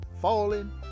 falling